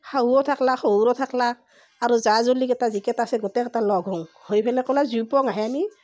শাহুও থাকলাক শহুৰো থাকলাক আৰু জা জলিকেইটা যিকেইটা আছে গোটেইকেইটা লগ হওঁ হৈ পেলাই কলাক জুই ফুৱাওঁ হে আমি